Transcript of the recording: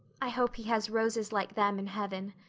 i hope he has roses like them in heaven.